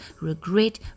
regret